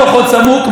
אני מבקש מכם,